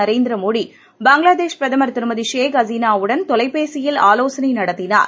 நரேந்திர மோடி பங்களாதேஷ் பிரதமர் திருமதி ஷேக் ஹசீனாவுடன் தொலைபேசியில் ஆலோசனை நடத்தினார்